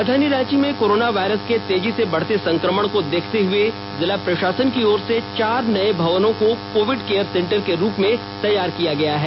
राजधानी रांची में corona virus के तेजी से बढ़ते संकमण को देखते हुए जिला प्र ाासन की ओर से चार नये भवनों को कोविड केयर सेंटर के रूप में तैयार किया गया है